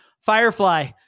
Firefly